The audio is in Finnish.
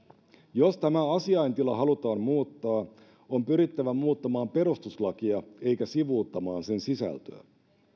jos tämä asiaintila halutaan muuttaa on pyrittävä muuttamaan perustuslakia eikä sivuuttamaan sen sisältöä